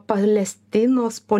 palestinos pol